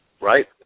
Right